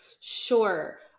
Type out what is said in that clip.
Sure